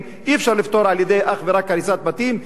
ושאי-אפשר לפתור זאת אך ורק על-ידי הריסת בתים.